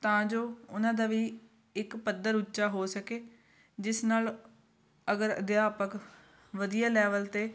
ਤਾਂ ਜੋ ਉਹਨਾਂ ਦਾ ਵੀ ਇੱਕ ਪੱਧਰ ਉੱਚਾ ਹੋ ਸਕੇ ਜਿਸ ਨਾਲ ਅਗਰ ਅਧਿਆਪਕ ਵਧੀਆ ਲੈਵਲ 'ਤੇ